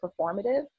performative